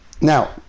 Now